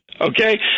okay